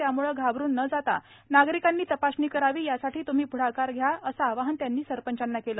त्यामुळे घाबरून न जाता नागरिकांनी तपासणी करावी यासाठी त्म्ही प्ढाकार घ्या असे आवाहन त्यांनी सरपंचाना केले